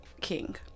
King